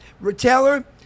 Retailer